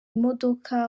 imodoka